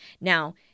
Now